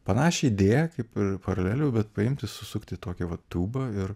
panašią idėją kaip paralelių bet paimti susukti tokį va tūbą ir